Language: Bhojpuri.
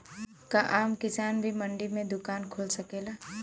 का आम किसान भी मंडी में दुकान खोल सकेला?